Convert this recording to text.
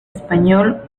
español